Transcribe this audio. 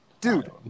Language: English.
Dude